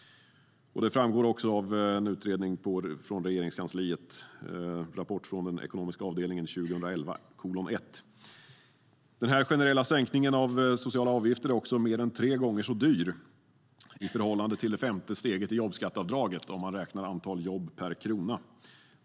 Det framgår av en utredning från Regeringskansliet: Rapport från ekonomiska avdelningen på Finansdepartementet 2011:1.Den generella sänkningen av sociala avgifter är också mer än tre gånger så dyr i förhållande till det femte steget i jobbskatteavdraget, om man mäter i antal jobb per krona.